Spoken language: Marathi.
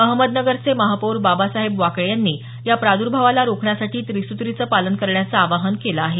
अहमदनगरचे महापौर बाबासाहेब वाकळे यांनी या प्रादर्भावाला रोखण्यासाठी त्रिसुत्रीचं पालन करण्याचं आवाहन केलं आहे